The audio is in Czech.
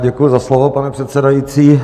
Děkuji za slovo, pane předsedající.